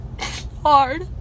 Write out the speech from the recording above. Hard